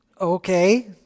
okay